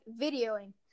videoing